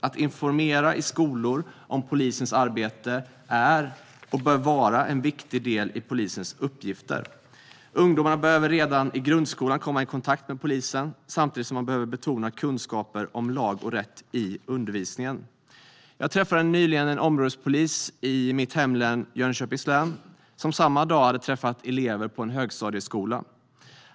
Att informera i skolor om polisens arbete är och bör vara en viktig del i polisens uppgifter. Ungdomarna behöver redan i grundskolan komma i kontakt med polisen, samtidigt som man behöver betona kunskaper om lag och rätt i undervisningen. Jag träffade nyligen en områdespolis i mitt hemlän Jönköpings län. Han hade samma dag träffat elever på en högstadieskola.